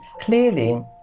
clearly